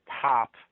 top